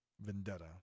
Vendetta